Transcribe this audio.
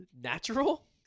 natural